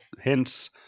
hints